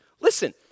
Listen